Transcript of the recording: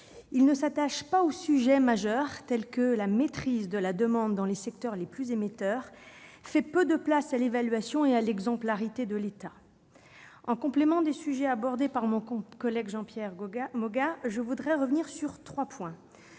Il ne s'attache pas aux sujets majeurs, tels que la maîtrise de la demande dans les secteurs les plus émetteurs et fait peu de place à l'évaluation et à l'exemplarité de l'État. En complément des observations présentées par mon collègue Jean-Pierre Moga, j'insisterai sur trois points.